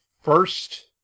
first